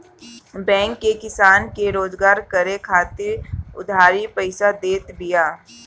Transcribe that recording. bank भी किसान के रोजगार करे खातिर उधारी पईसा देत बिया